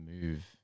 move